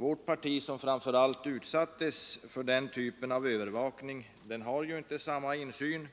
Vårt parti, som framför allt utsattes för den typen av övervakning, har inte samma insyn